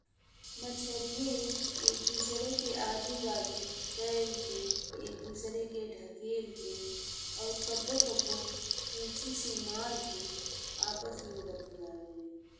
मछरिये ए एक दूसरे के आजू बाजू तैरी के, एक दूसरे के ढकेली के और कब्बो-कब्बो पुच्छी से मारी के आपस में बतियवेलिन।